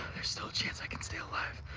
there's still a chance i can stay alive.